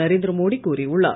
நரேந்திர மோடி கூறியுள்ளார்